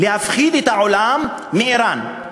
להפחיד את העולם מאיראן.